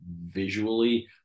visually